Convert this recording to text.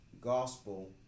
gospel